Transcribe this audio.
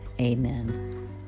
amen